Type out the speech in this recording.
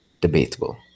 debatable